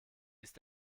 ist